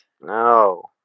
No